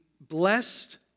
blessed